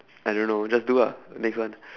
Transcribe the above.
I don't know just do ah next one